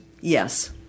yes